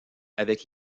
avec